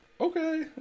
okay